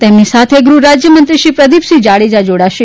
તેમની સાથે ગૃફ રાજ્ય મંત્રી શ્રી પ્રદિપસિંફ જાડેજા જોડાશે